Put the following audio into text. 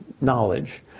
knowledge